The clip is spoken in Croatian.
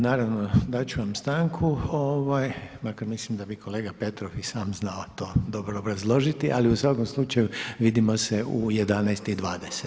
Naravno, dati ću vam stanku, makar mislim da bi kolega Petrov i sam znao to dobro obrazložiti, ali u svakom slučaju vidimo se u 11,20 sati.